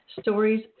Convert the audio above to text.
stories